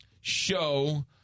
show